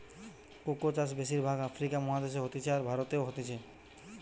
cocoa চাষ বেশির ভাগ আফ্রিকা মহাদেশে হতিছে, আর ভারতেও হতিছে